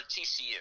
TCU